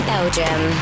Belgium